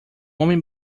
homem